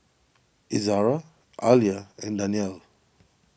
Izzara Alya and Danial